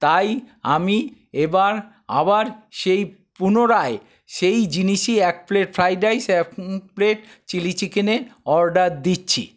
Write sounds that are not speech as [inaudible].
তাই আমি এবার আবার সেই পুনরায় সেই জিনিসই এক প্লেট ফ্রাইড রাইস [unintelligible] এক প্লেট চিলি চিকেনের অর্ডার দিচ্ছি